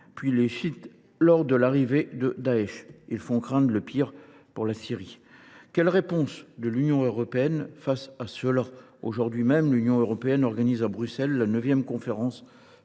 puis les chiites lors de l’arrivée de Daech. Ils font craindre le pire pour la Syrie. Quelle est la réponse de l’Union européenne face à cela ? Aujourd’hui même, l’Union organise à Bruxelles la neuvième conférence